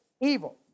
evil